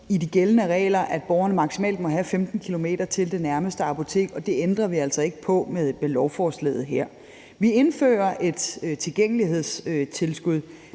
de gældende regler, at en borger maksimalt må have 15 km til det nærmeste apotek, og det ændrer vi altså ikke på med lovforslaget her. Vi indfører et tilgængelighedstilskud.